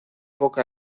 poca